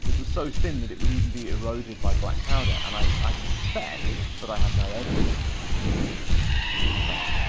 was so thin that it would even be eroded by black powder, and i i suspect, but i have no evidence of this, this is just me playing